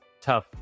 tough